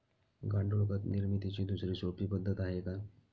गांडूळ खत निर्मितीची दुसरी सोपी पद्धत आहे का?